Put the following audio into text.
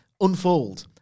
unfold